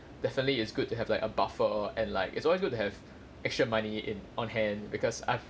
definitely it's good to have like a buffer and like it's always good to have extra money in on hand because I've